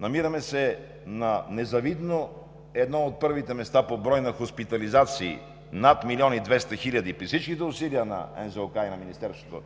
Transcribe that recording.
намираме се на незавидно, едно от първите места по брой на хоспитализации – над милион и двеста хиляди, при всичките усилия на НЗОК и на Министерството